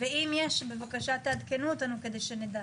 אם יש, בבקשה תעדכנו אותנו כדי שנדע.